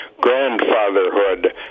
grandfatherhood